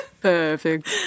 perfect